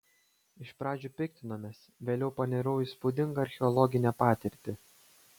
iš pradžių piktinomės vėliau panirau į įspūdingą archeologinę patirtį